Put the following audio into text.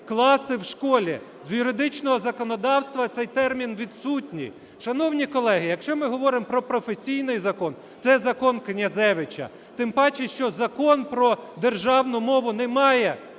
класи в школі, з юридичного законодавства цей термін відсутній. Шановні колеги, якщо ми говоримо про професійний закон, це закон Князевича, тим паче, що Закон про державну мову не має